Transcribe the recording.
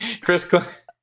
chris